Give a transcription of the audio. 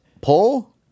Pull